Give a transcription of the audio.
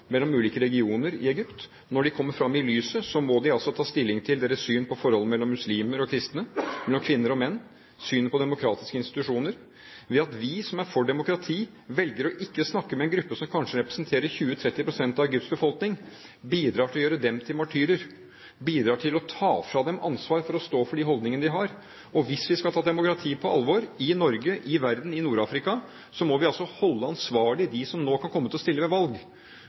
mellom ulike regioner i Egypt. Når de kommer fram i lyset, må de altså ta stilling til sitt syn på forholdet mellom muslimer og kristne, mellom kvinner og menn, og synet på demokratiske institusjoner. Det at vi som er for demokrati, velger å ikke snakke med en gruppe som kanskje representerer 20–30 pst. av Egypts befolkning, bidrar til å gjøre dem til martyrer, bidrar til å ta fra dem ansvar for å stå for de holdningene de har. Og hvis vi skal ta demokrati på alvor, i Norge, i verden og i Nord-Afrika, må vi altså holde ansvarlig dem som nå kan komme til å stille ved valg.